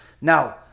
now